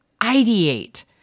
ideate